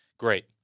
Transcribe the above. Great